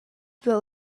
the